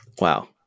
Wow